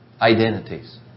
identities